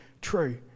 true